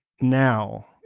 now